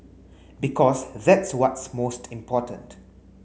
because that's what's most important